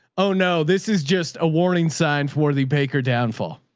oh no, this is just a warning sign for the baker downfall.